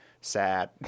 sad